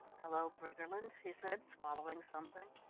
hello, briggerland, he said, swallowing something.